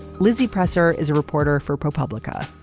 lizzie presser is a reporter for propublica